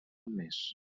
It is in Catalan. més